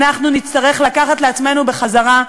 אנחנו נצטרך לקחת לעצמנו בחזרה.